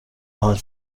are